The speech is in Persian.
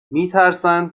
میترسند